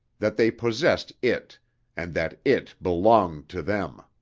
that they possessed it and that it belonged to them.